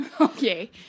Okay